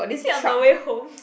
is it on the way home